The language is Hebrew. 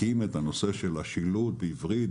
בודקים את הנושא של השילוט בעברית,